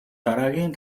дараагийн